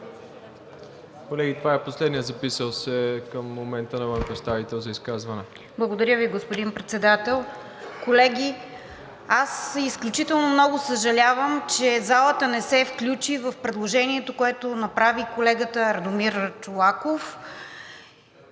Колеги, това е последният записал се към момента народен представител за изказване. РОСИЦА КИРОВА (ГЕРБ-СДС): Благодаря Ви, господин Председател. Колеги, аз изключително много съжалявам, че залата не се включи в предложението, което направи колегата Радомир Чолаков